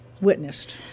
witnessed